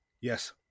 yes